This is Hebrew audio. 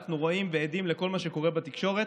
אנחנו רואים ועדים לכל מה שקורה בתקשורת.